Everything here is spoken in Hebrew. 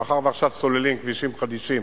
מאחר שעכשיו סוללים כבישים חדישים,